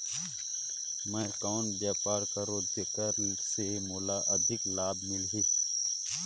मैं कौन व्यापार करो जेकर से मोला अधिक लाभ मिलही?